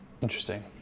Interesting